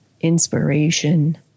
inspiration